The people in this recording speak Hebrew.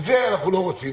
את זה אנחנו לא רוצים.